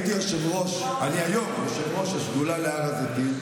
אני היום יושב-ראש השדולה להר הזיתים,